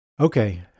Okay